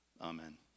Amen